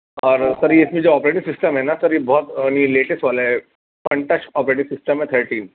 اور سر یہ اس میں جو آپریٹو سسٹم ہے نا سر یہ بہت لیٹسٹ والا ہے کنٹیکسٹ آپریٹو سسٹم ہے تھرٹین